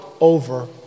over